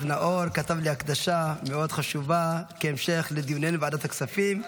חבר הכנסת נאור כתב לי הקדשה מאוד חשובה כהמשך לדיוננו בוועדת הכספים.